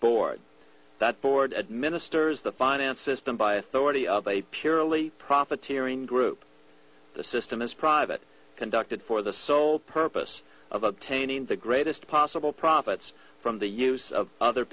board that board administers the finance system by authority of a purely profiteering group the system is private conducted for the sole purpose of obtaining the greatest possible profits from the use of other